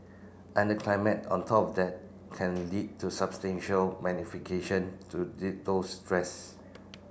and climate on top of that can lead to substantial magnification to the those stress